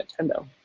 Nintendo